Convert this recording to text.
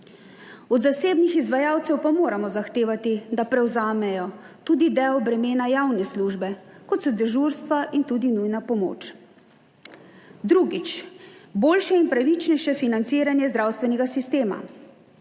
Od zasebnih izvajalcev pa moramo zahtevati, da prevzamejo tudi del bremena javne službe, kot so dežurstva in tudi nujna pomoč. Drugič, boljše in pravičnejše financiranje zdravstvenega sistema.